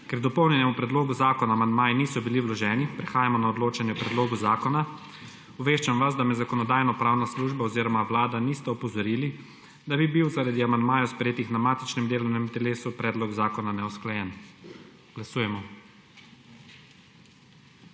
Ker k dopolnjenemu predlogu zakona amandmaji niso bili vloženi prehajamo na odločanje o predlogu zakona. Obveščam vas, da me Zakonodajno-pravna služba oziroma Vlada niste opozorili, da bi bil zaradi amandmajev sprejetih na matičnem delovnem telesu predlog zakona neusklajen. Glasujemo.